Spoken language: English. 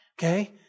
okay